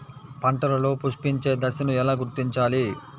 పంటలలో పుష్పించే దశను ఎలా గుర్తించాలి?